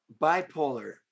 bipolar